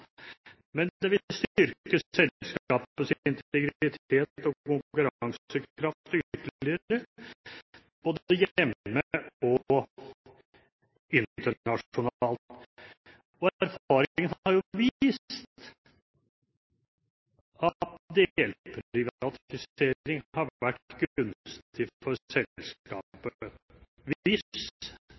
Men det vil styrke selskapets integritet og konkurransekraft ytterligere, både hjemme og internasjonalt. Erfaringene har vist at delprivatisering har vært gunstig for